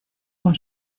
con